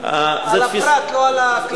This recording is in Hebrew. זה על הפרט, לא על הכלל.